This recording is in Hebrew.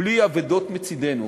בלי אבדות מצדנו.